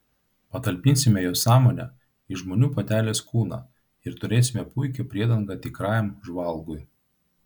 patalpinsime jos sąmonę į žmonių patelės kūną ir turėsime puikią priedangą tikrajam žvalgui